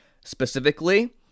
specifically